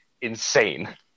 insane